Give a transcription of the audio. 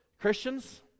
Christians